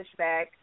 pushback